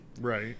right